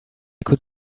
could